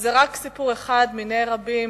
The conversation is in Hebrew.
וזה רק סיפור אחד מני רבים,